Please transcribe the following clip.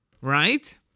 right